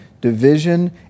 division